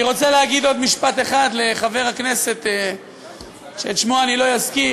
אני רוצה להגיד עוד משפט אחד לחבר הכנסת שאת שמו אני לא אזכיר,